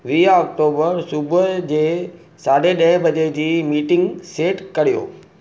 वीह ऑक्टोबर सुबुह जे साढे ॾह बजे जी मीटिंग सेट कयो